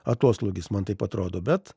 atoslūgis man taip atrodo bet